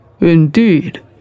Indeed